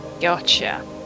Gotcha